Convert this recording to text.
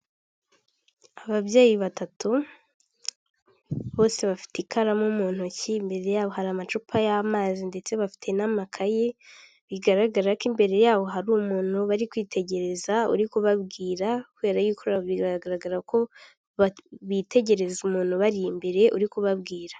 Ababyeyi batatu bose bafite ikaramu mu ntoki, imbere yabo hari amacupa y'amazi ndetse bafite n'amakayi bigaragara ko imbere yabo hari umuntu bari kwitegereza uri kubabwira kubera yuko biragaragara ko bitegereza umuntu ubari imbere uri kubabwira.